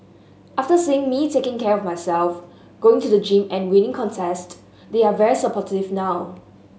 after seeing me taking care of myself going to the gym and winning contest they're very supportive now